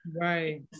Right